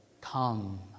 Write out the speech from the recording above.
Come